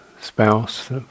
spouse